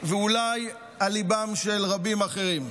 ואולי על ליבם של רבים אחרים.